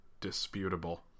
disputable